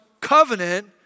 covenant